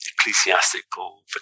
ecclesiastical